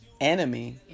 Enemy